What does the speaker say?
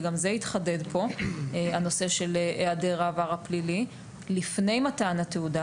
ועוד יתחדד הנושא של היעדר העבר הפלילי לפני מתן התעודה,